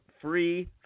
free